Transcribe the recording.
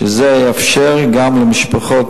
וזה יאפשר גם למשפחות,